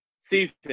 Season